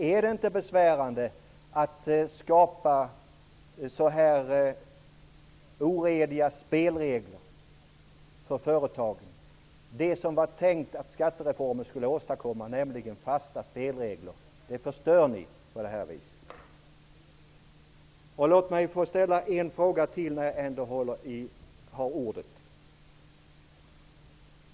Är det inte besvärande att skapa så orediga spelregler för företagen? Det var tänkt att skattereformen skulle åstadkomma just fasta spelregler, och det förstör ni på detta vis. Låt mig få ställa en fråga till när jag ändå har ordet.